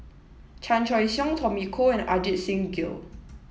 Chan Choy Siong Tommy Koh and Ajit Singh Gill